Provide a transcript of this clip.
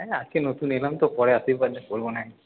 এই আজকে নতুন এলাম তো পরে বলব নাহয়